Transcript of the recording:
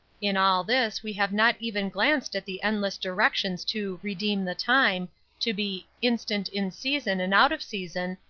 in all this we have not even glanced at the endless directions to redeem the time to be instant in season and out of season,